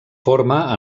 forma